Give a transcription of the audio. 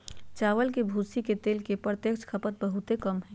चावल के भूसी के तेल के प्रत्यक्ष खपत बहुते कम हइ